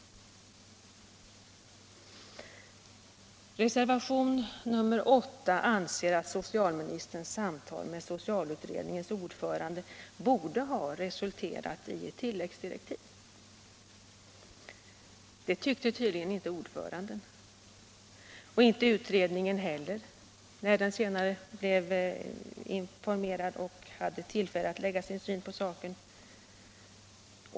I reservationen 8 framförs uppfattningen att socialministerns samtal med socialutredningens ordförande borde ha resulterat i ett tilläggsdirektiv. Det tyckte tydligen inte ordföranden och inte utredningen heller när den blev informerad senare och hade tillfälle att lägga sin syn på saken.